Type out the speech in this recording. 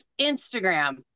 Instagram